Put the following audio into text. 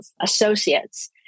associates